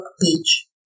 Beach